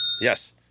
Yes